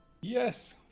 Yes